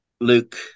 Luke